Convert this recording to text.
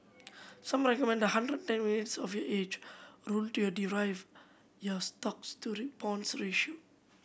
some recommend the one hundred and ten minus of your age rule to derive your stocks to bonds ratio